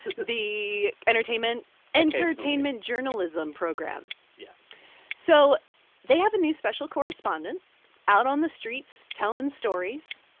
the the entertainment entertainment journalism program yes so they have a new special correspondent out on the streets telling stories.